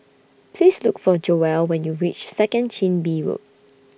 Please Look For Joell when YOU REACH Second Chin Bee Road